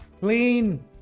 clean